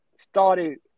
started